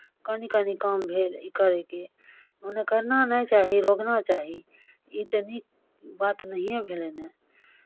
कनि कनि काम भेल ई करैके ओन्नऽ करना नहि चाही रोकना चाही ई तऽ नीक बात नहिए भेलै ने